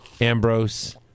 Ambrose